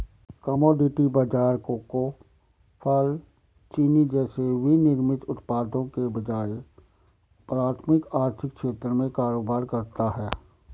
commodity बाजार cocoa, फल, चीनी जैसे विनिर्मित उत्पादों के बजाय प्राथमिक आर्थिक क्षेत्र में कारोबार करता है